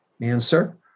Answer